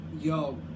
Yo